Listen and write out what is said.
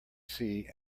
sea